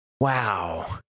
Wow